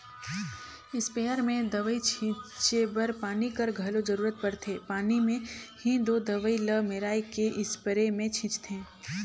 sprayer में दवई छींचे बर पानी कर घलो जरूरत परथे पानी में ही दो दवई ल मेराए के इस्परे मे छींचथें